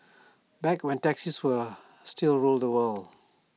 back when taxis were still ruled the world